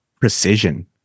precision